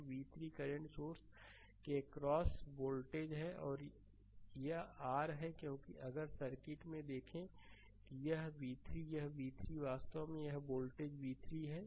तो v3 current source के across voltage है यह आर है क्योंकि अगर सर्किट में देखें कि यह v3 यह v3 यह वास्तव में यह वोल्टेज v3 है